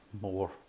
more